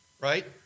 Right